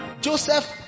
Joseph